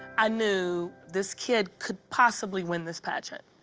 i knew this kid could possibly win this pageant.